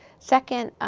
second,